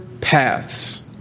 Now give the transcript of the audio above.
paths